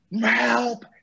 Help